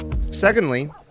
Secondly